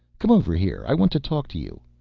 come over here. i want to talk to you.